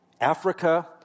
Africa